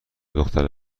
دختر